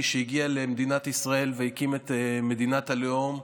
שהגיע למדינת ישראל והקים את מדינת הלאום,